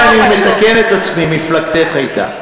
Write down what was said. הנה אני מתקן את עצמי: מפלגתך הייתה.